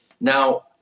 Now